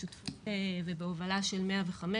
בשותפות ובהובלה של 105,